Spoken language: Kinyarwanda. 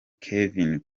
kevin